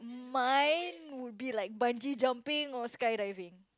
mine would be like bungee jumping or skydiving